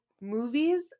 movies